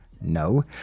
no